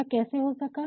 यह कैसे हो सका